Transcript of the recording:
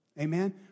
Amen